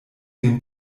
dem